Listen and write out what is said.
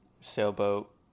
sailboat